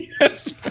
Yes